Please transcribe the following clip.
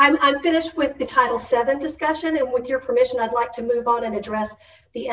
sure i'm finished with the title seven discussion with your permission i'd like to move on and address the